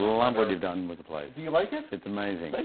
love what you've done with the place. you you like it? it's amazing. like